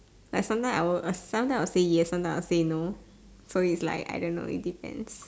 like sometime I will sometime I'll say yes sometime I'll say no so it's like I don't know it depends